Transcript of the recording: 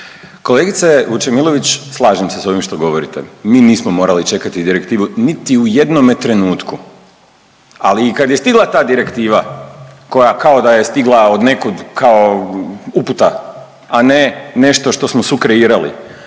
Kolegice Vučemilović, slažem se s ovim što govorite. Mi nismo morali čekati direktivu niti u jednome trenutku, ali i kad je stigla ta direktiva koja kao da je stigla odnekud kao uputa, a ne nešto što smo sukreirali